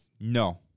No